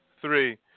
three